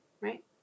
Right